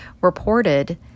reported